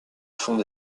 fonds